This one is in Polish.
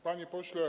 Panie Pośle!